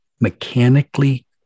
mechanically